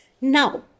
Now